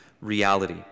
reality